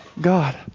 God